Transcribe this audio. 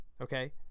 okay